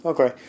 Okay